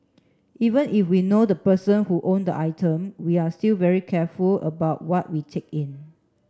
even if we know the person who owned the item we're still very careful about what we take in